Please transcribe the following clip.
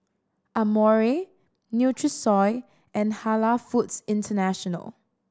Amore Nutrisoy and Halal Foods International